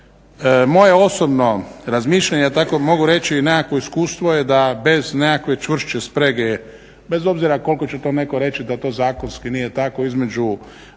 moje osobno razmišljanje, a tako mogu reći i nekakvo iskustvo je da bez nekakve čvršće sprege bez obzira koliko će to netko reći da to zakonski nije tako između